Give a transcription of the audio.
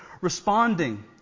responding